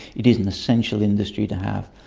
it is an essential industry to have.